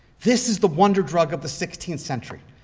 this is the wonder drug of the sixteenth century.